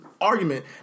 argument